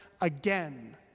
again